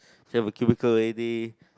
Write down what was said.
you have a cubicle A D